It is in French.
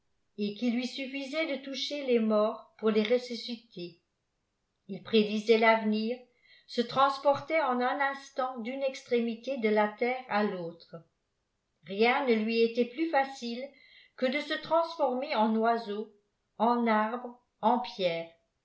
et qu'il lui suffisait de toucher les morts pour les ressusciter il prédisait l'avenir se transportai tpa un instant d'une extrémité de la terre à l'autre rien né lui était plus facile que de se transformer en oiseau en arbre en pierre